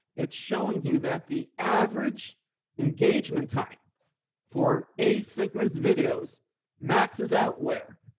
it's showing you that the average engagement time for asynchronous videos maxes out where